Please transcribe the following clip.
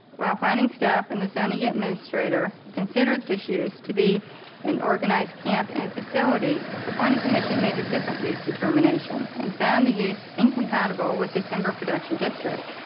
well planning stuff. and the zoning administrator considered this use to be an organized camp and facility. the planning commission made a different use determination and found the use incompatible with the timber production district.